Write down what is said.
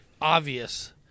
obvious